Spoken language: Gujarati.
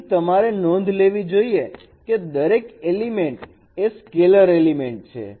તેથી તમારે નોંધ લેવી જોઈએ કે દરેક એલિમેન્ટ એ સ્કેલર એલિમેન્ટ છે